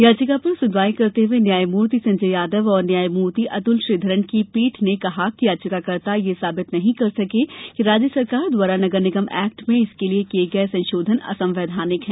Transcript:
याचिका पर सुनवाई करते हुए न्यायमूर्ति संजय यादव और न्यायमूर्ति अतुल श्रीधरन की पीठ ने कहा कि याचिकाकर्ता यह साबित नहीं कर सके कि राज्य सरकार द्वारा नगरनिगम एक्ट में इसके लिए किये गये संशोधन असंवैधानिक है